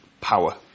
power